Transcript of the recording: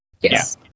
Yes